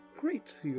Great